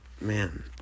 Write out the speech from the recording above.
Man